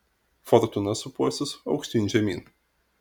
fortūna sūpuosis aukštyn ir žemyn